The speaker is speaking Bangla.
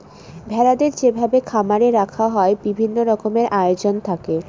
ভেড়াদের যেভাবে খামারে রাখা হয় বিভিন্ন রকমের আয়োজন থাকে